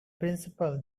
principle